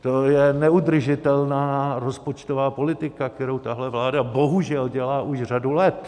To je neudržitelná rozpočtová politika, kterou tahle vláda bohužel dělá už řadu let.